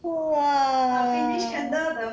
!wah!